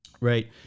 right